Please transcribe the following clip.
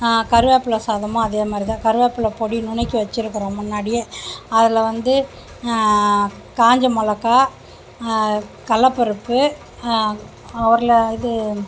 கருவேப்பில சாதமும் அதே மாதிரிதான் கருவேப்பில பொடி நுணுக்கி வச்சுருக்கறோம் முன்னாடியே அதில் வந்து காஞ்ச மிளகா கடல பருப்பு உருள இது